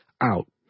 out